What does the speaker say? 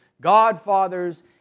godfathers